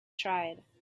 tried